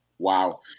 Wow